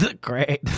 Great